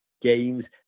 games